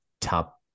top